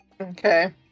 Okay